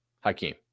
Hakeem